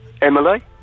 Emily